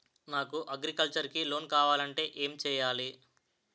నాకు అగ్రికల్చర్ కి లోన్ కావాలంటే ఏం చేయాలి?